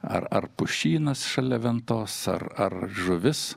ar ar pušynas šalia ventos ar ar žuvis